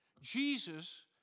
Jesus